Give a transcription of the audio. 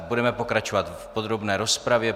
Budeme pokračovat v podrobné rozpravě.